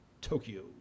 Tokyo